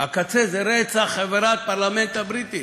הקצה זה רצח חברת הפרלמנט הבריטי,